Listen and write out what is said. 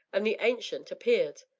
and the ancient appeared.